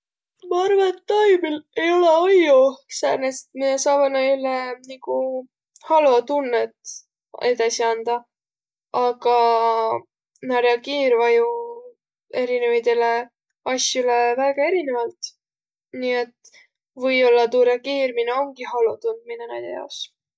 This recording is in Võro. Ma arva, et taimil olõ-i ajjo säänest, miä saavaq näile nigu halutunnõt edesi andaq, aga na riägiirväq jo erinevidele as'olõ väega erinevält. Ni et või-ollaq tuu riägiirmine omgi halutundminõ näide jaos.